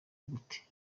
gute